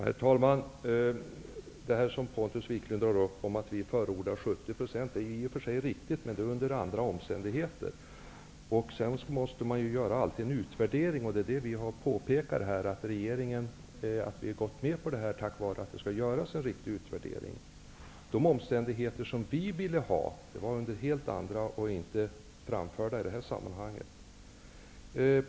Herr talman! Det som Pontus Wiklund drar upp om att vi förordar 70 % är i och för sig riktigt, men det är under andra omständigheter. Man måste alltid göra en utvärdering. Vi har påpekat att vi har gått med på detta därför att det skall göras en riktig utvärdering. De omständigheter vi ville ha var helt andra och inte framförda i det här sammanhanget.